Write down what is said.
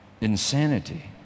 insanity